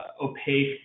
opaque